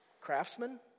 craftsman